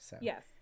Yes